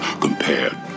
compared